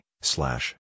slash